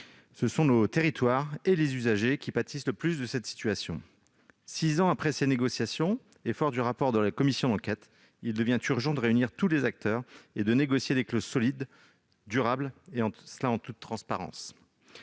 ce sont nos territoires et les usagers qui pâtissent le plus de cette situation. Six ans après ces négociations, vu le contenu du rapport de la commission d'enquête, il devient urgent de réunir tous les acteurs et de négocier des clauses solides et durables, en toute transparence.